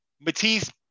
Matisse